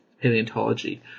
paleontology